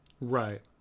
Right